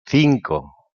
cinco